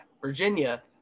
Virginia